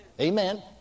Amen